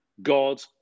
God